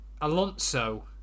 Alonso